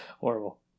Horrible